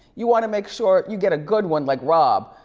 you wanna make sure you get a good one like rob.